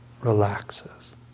relaxes